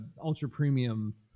ultra-premium